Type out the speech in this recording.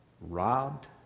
robbed